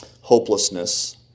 Hopelessness